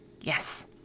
Yes